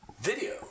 video